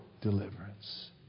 deliverance